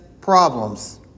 problems